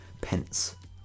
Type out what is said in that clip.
pence